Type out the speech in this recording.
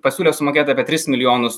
pasiūlė sumokėt apie tris milijonus